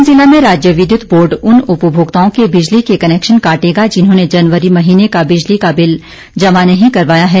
सोलन जिला में राज्य विद्युत बोर्ड उन उपभोक्ताओं के बिजली के कनेक्शन काटेगा जिन्होंने जनवरी महीने का बिजली का बिल जमा नहीं करवाया है